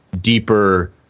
deeper